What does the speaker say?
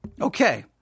Okay